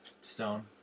Stone